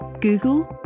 Google